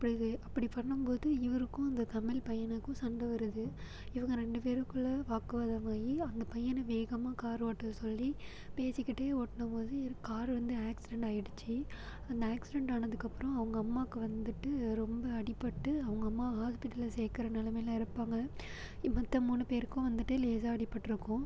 அப்படி இது அப்படி பண்ணும்போது இவருக்கும் அந்த தமிழ் பையனுக்கும் சண்டை வருது இவங்க ரெண்டு பேருக்குள்ள வாக்குவாதமாகி அந்த பையனை வேகமாக கார் ஓட்ட சொல்லி பேசிக்கிட்டே ஓட்டுனம்போது இவர் கார் வந்து ஆக்சிடென்ட் ஆயிடுச்சு அந்த ஆக்சிடென்ட் ஆனதுக்கப்புறம் அவங்க அம்மாவுக்கு வந்துட்டு ரொம்ப அடிப்பட்டு அவங்க அம்மா ஹாஸ்பிட்டல்ல சேர்க்கற நிலமையில இருப்பாங்கள் இப்ப மற்ற மூணு பேருக்கும் வந்துட்டு லேசாக அடிபட்டிருக்கும்